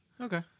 Okay